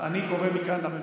אני קורא מכאן לממשלה: